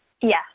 Yes